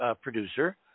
producer